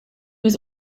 was